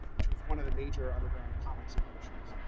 which was one of the major underground comics publishers,